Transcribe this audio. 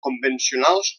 convencionals